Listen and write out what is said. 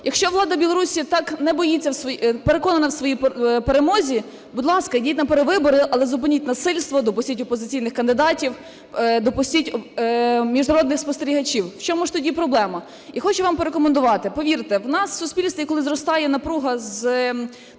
Якщо влада Білорусі так переконана в своїй перемозі, будь ласка, ідіть на перевибори, але зупиніть насильство, допустіть опозиційних кандидатів, допустіть міжнародних спостерігачів. В чому ж тоді проблема? І хочу вам порекомендувати: повірте, у нас в суспільстві, коли зростає напруга з